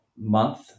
month